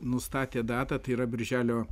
nustatė datą tai yra birželio